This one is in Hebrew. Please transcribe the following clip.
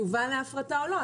זה יובא להפרטה או לא?